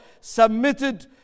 submitted